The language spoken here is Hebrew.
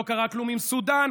לא קרה כלום עם סודאן.